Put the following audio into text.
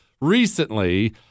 recently